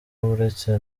uretse